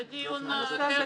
זה דיון אחר.